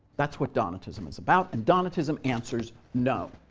that's what donatism is about, and donatism answers, no.